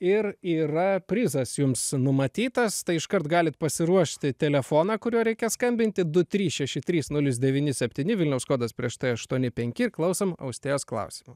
ir yra prizas jums numatytas tai iškart galit pasiruošti telefoną kuriuo reikia skambinti du trys šeši trys nulis devyni septyni vilniaus kodas prieš tai aštuoni penki ir klausom austėjos klausimo